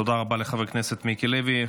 תודה רבה לחבר הכנסת מיקי לוי.